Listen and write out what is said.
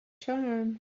charm